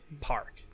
Park